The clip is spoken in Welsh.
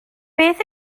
beth